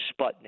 Sputnik